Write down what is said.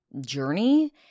journey